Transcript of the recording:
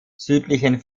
südlichen